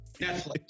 Netflix